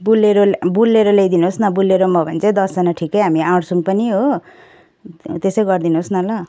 Bolero Bolero ल्याइदिनु होस् न बुलेरोमा हो भने चाहिँ दसजना ठिकै हामी आँट्छौँ पनि हो त्यसै गरिदिनु होस् न ल